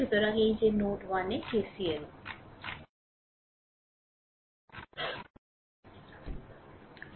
সুতরাং এই যে নোড 1 এ KCL